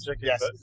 Yes